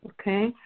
Okay